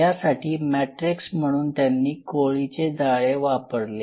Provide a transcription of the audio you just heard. यासाठी मॅट्रिक्स म्हणून त्यांनी कोळीचे जाळे वापरले